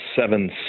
seven